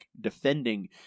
defending